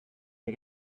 wir